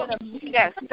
Yes